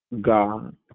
God